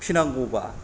फिनांगौबा